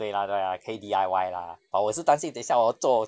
对 lah 对 lah 可以 D_I_Y lah but 我是担心等下 hor 做